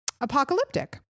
apocalyptic